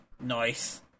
Nice